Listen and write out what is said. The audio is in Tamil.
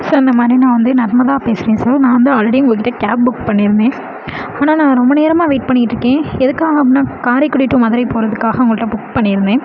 சார் இந்தமாதிரி நான் வந்து நர்மதா பேசுகிறேன் சார் நான் வந்து ஆல்ரெடி உங்கள்கிட்ட கேப் புக் பண்ணியிருந்தேன் ஆனால் நான் ரொம்ப நேரமாக வெயிட் பண்ணிக்கிட்யிருக்கேன் எதுக்காக அப்படின்னா காரைக்குடி டு மதுரை போறதுக்காக உங்கள்கிட்ட புக் பண்ணியிருந்தேன்